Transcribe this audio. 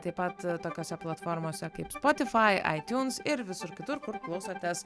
taip pat tokiose platformose kaip spotify itunes ir visur kitur kur klausotės